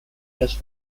los